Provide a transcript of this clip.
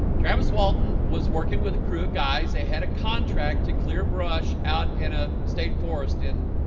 travis walton was working with a crew of guys. they had a contract to clear brush out in a state forest in